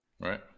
Right